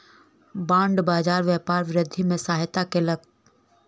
bond बाजार व्यापार वृद्धि में सहायता केलक